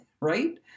right